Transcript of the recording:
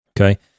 Okay